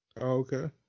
Okay